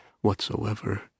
whatsoever